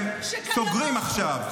סוגרים עכשיו.